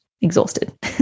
exhausted